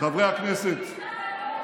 חברי הכנסת,